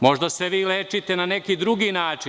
Možda se vi lečite na neki drugi način.